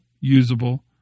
usable